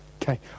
Okay